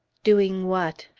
doing what?